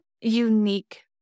unique